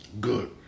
good